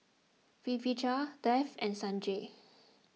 Pritiviraj Dev and Sanjeev